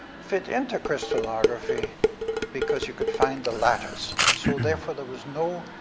fit into crystallography because you could find the lattice, and so, therefore, there was no